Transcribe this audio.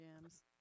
jams